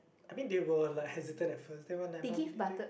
I mean they were like hesitant at first then when need it